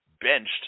benched